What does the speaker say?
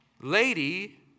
lady